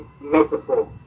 metaphor